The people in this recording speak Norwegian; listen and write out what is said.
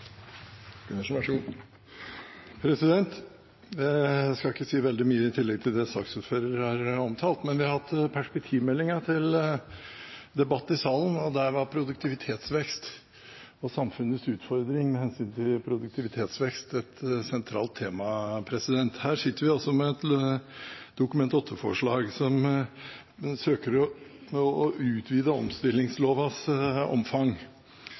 Jeg skal ikke si veldig mye i tillegg til det saksordføreren har omtalt, men vi har hatt perspektivmeldingen til debatt i salen, og der var samfunnets utfordring med hensyn til produktivitetsvekst et sentralt tema. Her sitter vi altså med et Dokument 8-forslag hvor man søker å utvide omstillingslovas omfang.